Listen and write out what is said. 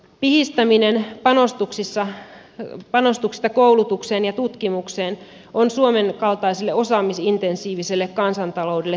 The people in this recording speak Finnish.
pihistäminen panostuksista koulutukseen ja tutkimukseen on suomen kaltaiselle osaamisintensiiviselle kansantaloudelle tuhon tie